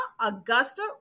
Augusta